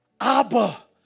Abba